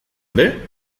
ere